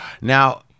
now